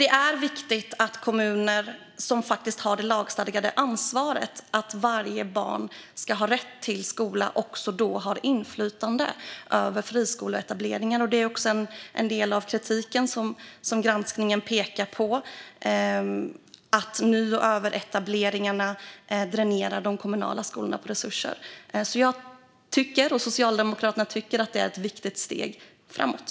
Det är viktigt att kommuner, som faktiskt har det lagstadgade ansvaret för varje barns rätt till skola, också har inflytande över friskoleetableringar. Det är också en del av kritiken som granskningen framför: att ny och överetableringarna dränerar de kommunala skolorna på resurser. Jag och Socialdemokraterna tycker därför att detta är ett viktigt steg framåt.